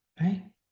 Right